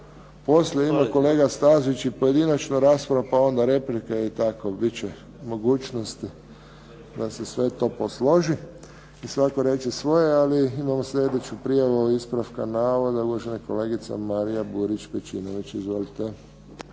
poslije ima kolega Stazić i pojedinačnu raspravu, pa onda replike i tako bit će mogućnosti da se sve to posloži i svatko reći svoje. Ali imao sljedeću prijavu ispravka navoda, uvažena kolegica Marija Burić Pejčinović. Izvolite.